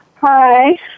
Hi